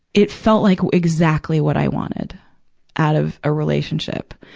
it felt like exactly what i wanted out of a relationship.